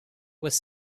was